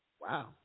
wow